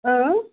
اۭں